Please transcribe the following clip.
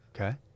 Okay